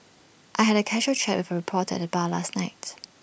I had A casual chat with reporter at bar last night